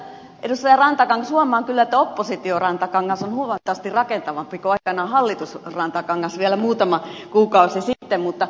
huomaan kyllä edustaja rantakangas että oppositio rantakangas on huomattavasti rakentavampi kuin aikanaan hallitus rantakangas vielä muutama kuukausi sitten